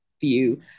view